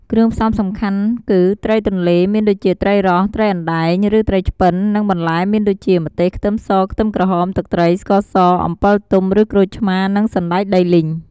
គ្រឿងផ្សំសំខាន់គឺ ត្រីទន្លេ មានដូចជាត្រីរ៉ស់ ត្រីអណ្ដែង ឬត្រីឆ្ពិន និងបន្លែមានដូចជា ម្ទេស ខ្ទឹមស ខ្ទឹមក្រហម ទឹកត្រី ស្ករស អំពិលទុំឬក្រូចឆ្មារ និងសណ្ដែកដីលីង។